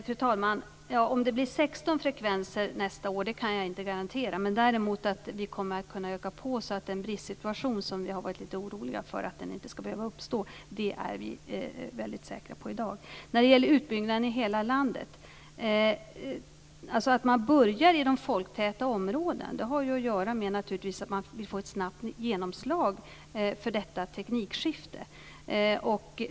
Fru talman! Att det blir 16 frekvenser nästa år kan jag inte garantera. Däremot är vi i dag väldigt säkra på att vi kommer att kunna utöka antalet, så att den bristsituation som vi har varit litet oroliga för inte skall behöva uppstå. När det gäller utbyggnaden i hela landet vill jag säga att det förhållandet att man börjar i de folktäta områdena naturligtvis har att göra med att man vill få ett snabbt genomslag för detta teknikskifte.